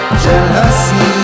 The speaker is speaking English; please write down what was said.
jealousy